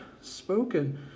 spoken